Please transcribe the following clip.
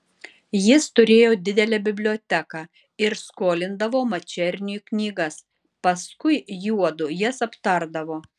jis turėjo didelę biblioteką ir skolindavo mačerniui knygas paskui juodu jas aptardavo